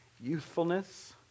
youthfulness